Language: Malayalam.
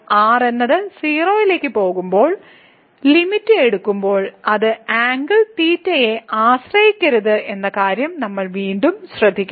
R എന്നത് 0 ലേക്ക് പോകുമ്പോൾ ലിമിറ്റ് എടുക്കുമ്പോൾ അത് ആംഗിൾ തീറ്റയെ ആശ്രയിക്കരുത് എന്ന കാര്യം നാം വീണ്ടും ശ്രദ്ധിക്കണം